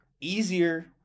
easier